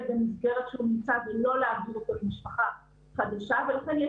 במסגרת של מוסד ולא להביא אותו למשפחה חדשה ולכן,